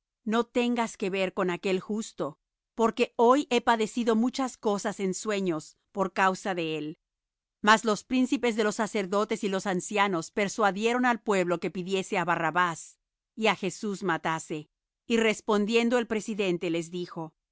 no tengas que ver con aquel justo porque hoy he padecido muchas cosas en sueños por causa de él mas los príncipes de los sacerdotes y los ancianos persuadieron al pueblo que pidiese á barrabás y á jesús matase y respondiendo el presidente les dijo